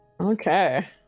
Okay